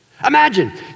Imagine